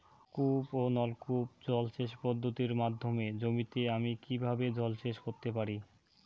কূপ ও নলকূপ জলসেচ পদ্ধতির মাধ্যমে জমিতে আমি কীভাবে জলসেচ করতে পারি?